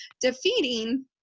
defeating